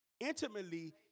intimately